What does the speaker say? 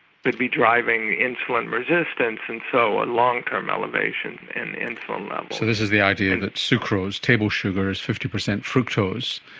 would be driving insulin resistance and so a long-term elevation in insulin levels. so this is the idea that sucrose, table sugar, is fifty percent fructose.